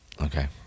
Okay